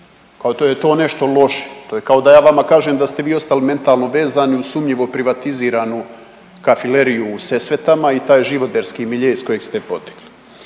kao da je to nešto loše, to je kao da ja vama kažem da ste vi ostalo mentalno vezani uz sumnjivo privatiziranu kafileriju u Sesvetama i taj živoderski milje iz kojeg ste potekli.